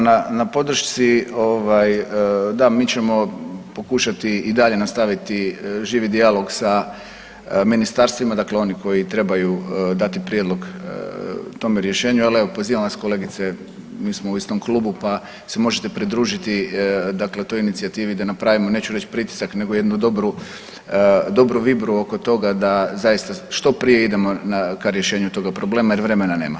Evo hvala vam lijepa na podršci, ovaj da mi ćemo pokušati i dalje nastaviti živi dijalog sa ministarstvima, dakle oni koji trebaju dati prijedlog tome rješenju, ali evo pozivam vas kolegice, mi smo u istom klubu pa se možete pridružiti dakle toj inicijativi da napravimo neću reći pritisak, nego jednu dobru, dobru vibru oko toga da zaista što prije idemo na, ka rješenju tog problema jer vremena nema.